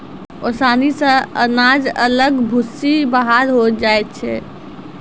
ओसानी से अनाज अलग भूसी बाहर होय जाय छै